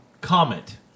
Comment